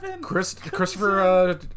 Christopher